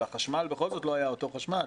אבל החשמל בכל זאת לא היה אותו חשמל.